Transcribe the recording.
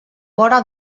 vora